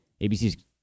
ABC's